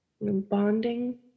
bonding